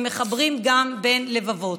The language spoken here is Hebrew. הם מחברים גם בין לבבות.